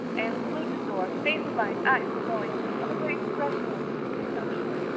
anne flew to the door, face alight, eyes glowing. on the very threshold she stopped short,